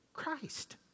Christ